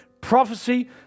prophecy